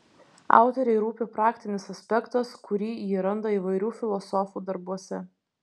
autorei rūpi praktinis aspektas kurį ji randa įvairių filosofų darbuose